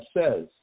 says